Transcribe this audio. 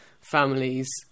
families